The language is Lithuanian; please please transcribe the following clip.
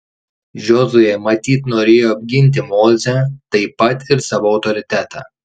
jozuė matyt norėjo apginti mozę taip pat ir savo autoritetą